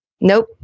Nope